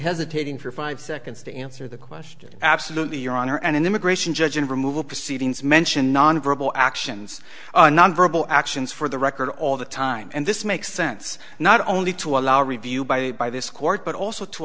hesitating for five seconds to answer the question absolutely your honor an immigration judge in removal proceedings mention nonverbal actions nonverbal actions for the record all the time and this makes sense not only to allow review by by this court but also to